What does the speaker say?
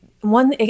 One